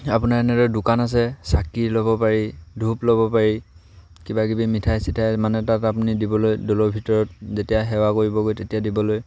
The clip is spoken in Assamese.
আপোনাৰ এনেদৰে দোকান আছে চাকি ল'ব পাৰি ধূপ ল'ব পাৰি কিবা কিবি মিঠাই চিঠাই মানে তাত আপুনি দিবলৈ দৌলৰ ভিতৰত যেতিয়া সেৱা কৰিবগৈ তেতিয়া দিবলৈ